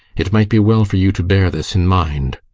it might be well for you to bear this in mind.